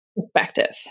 perspective